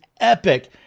epic